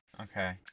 Okay